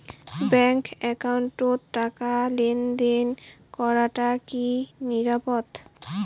Bank একাউন্টত টাকা লেনদেন করাটা কি নিরাপদ?